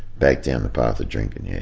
back down the path of drinking, yeah.